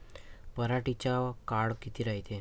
पराटीचा काळ किती रायते?